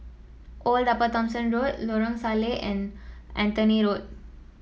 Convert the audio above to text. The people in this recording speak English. Old Upper Thomson Road Lorong Salleh and Anthony Road